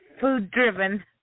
food-driven